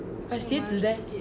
but 鞋子 zi lie leh